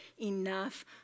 enough